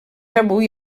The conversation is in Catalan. avui